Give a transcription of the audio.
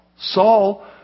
Saul